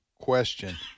question